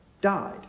died